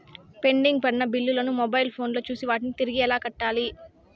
pending పడిన బిల్లులు ను మొబైల్ ఫోను లో చూసి వాటిని తిరిగి ఎలా కట్టాలి